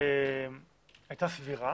היתה סבירה